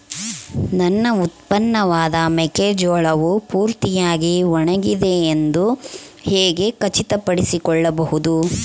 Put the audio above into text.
ನನ್ನ ಉತ್ಪನ್ನವಾದ ಮೆಕ್ಕೆಜೋಳವು ಪೂರ್ತಿಯಾಗಿ ಒಣಗಿದೆ ಎಂದು ಹೇಗೆ ಖಚಿತಪಡಿಸಿಕೊಳ್ಳಬಹುದು?